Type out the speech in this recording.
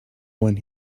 when